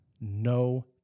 no